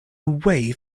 away